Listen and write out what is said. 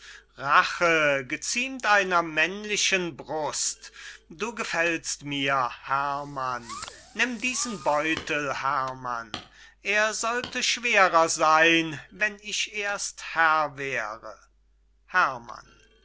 rache geziemt einer männlichen brust du gefällst mir herrmann nimm diesen beutel herrmann er sollte schwerer seyn wenn ich erst herr wäre herrmann